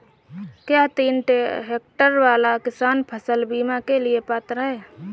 क्या तीन हेक्टेयर वाला किसान फसल बीमा के लिए पात्र हैं?